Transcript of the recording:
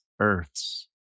earth's